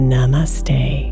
Namaste